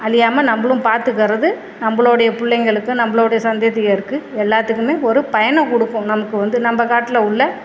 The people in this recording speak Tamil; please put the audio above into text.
அழியாம நம்மளும் பார்த்துக்கறது நம்மளோடைய பிள்ளைங்களுக்கு நம்மளோடைய சந்ததியருக்கு எல்லாத்துக்கும் ஒரு பயனை கொடுக்கும் நமக்கு வந்து நம்ம காட்டில் உள்ள